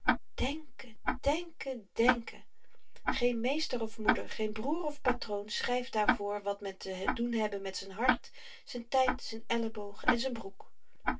denken denken denken geen meester of moeder geen broêr of patroon schryft daar voor wat men te doen hebbe met z'n hart z'n tyd z'n elbogen en z'n broek